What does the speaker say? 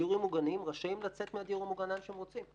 דיירים בדיור מוגן רשאים לצאת מהדיור המוגן לאן שהם רוצים.